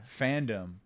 fandom